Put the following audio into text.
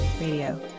radio